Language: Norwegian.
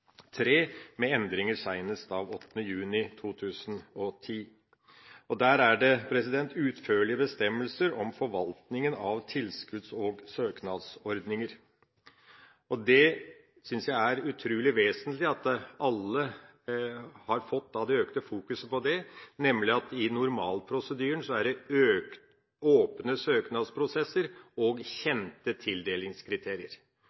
med endringer seinest 8. juni 2010. Der er det utførlige bestemmelser om forvaltninga av tilskudds- og søknadsordninger. Jeg synes det er utrolig vesentlig at alle har fått økt fokus på at normalprosedyren er åpne søknadsprosesser og kjente tildelingskriterier, og at det ved etablering av tilskuddsordninger er klargjøring av mål og